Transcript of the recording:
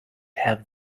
have